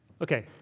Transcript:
Okay